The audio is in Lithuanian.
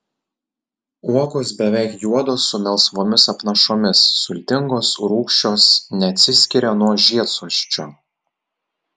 uogos beveik juodos su melsvomis apnašomis sultingos rūgščios neatsiskiria nuo žiedsosčio